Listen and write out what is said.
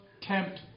tempt